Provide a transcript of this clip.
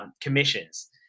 commissions